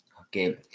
Okay